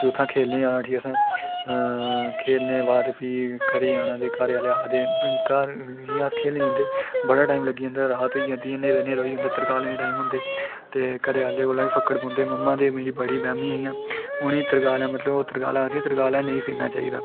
प्ही उत्थुआं खेलने ई जाना उठी असें खेलने दे बाद प्ही घरें ई आना प्ही जि'यां अस खेलन जंदे बड़ा टाइम लगी जंदा रात होई जंदी ही न्हेरा होइ जंदा तरकालें दे टाइम औंदे ते घरेआह्लें कोला भी फक्कड़ पौंदे मम्मा ते मेरी बड़ी बैह्मी हे न उ'नेंई तरकालां मतलब ओह् आखदियां तरकालां नेईं फिरनां चाहिदा